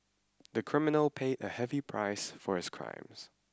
the criminal paid a heavy price for his crimes